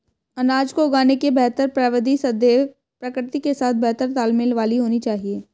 अनाज को उगाने की बेहतर प्रविधि सदैव प्रकृति के साथ बेहतर तालमेल वाली होनी चाहिए